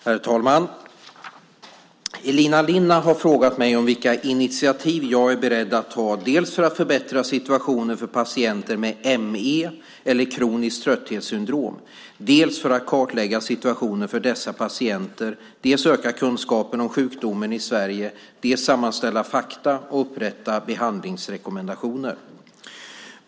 Herr talman! Elina Linna har frågat mig vilka initiativ jag är beredd att ta dels för att förbättra situationen för patienter med ME eller kroniskt trötthetssyndrom, dels för att kartlägga situationen för dessa patienter, dels öka kunskapen om sjukdomen i Sverige, dels sammanställa fakta och upprätta behandlingsrekommendationer.